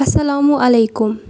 اَسَلامُ علیکُم